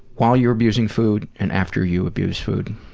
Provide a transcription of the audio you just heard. while you're abusing food, and after you abuse food.